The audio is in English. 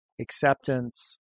acceptance